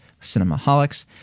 Cinemaholics